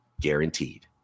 guaranteed